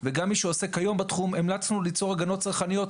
גם למי שעוסק היום בתחום המלצנו ליצור הגנות צרכניות,